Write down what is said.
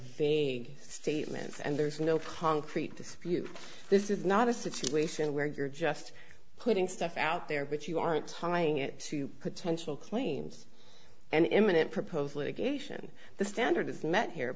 v statements and there's no concrete dispute this is not a situation where you're just putting stuff out there but you aren't trying it to potential claims and imminent proposed litigation the standard is met here